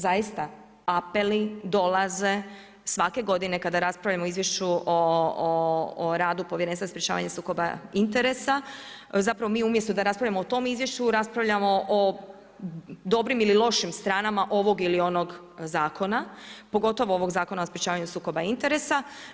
Zaista apeli dolaze svake godine kada raspravljamo o izvješću o radu Povjerenstva o sprječavanju sukoba interesa, zapravo mi umjesto da raspravljamo o tom izvješću raspravljamo o dobrim ili lošim stranama ovog ili onog zakona pogotovo ovog Zakona o sprječavanju sukoba interesa.